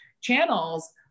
channels